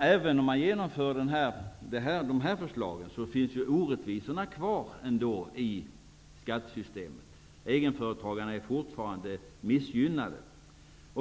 Även om framlagda förslag förverkligas finns orättvisorna i skattesystemet kvar. Egenföretagarna är fortfarande missgynnade.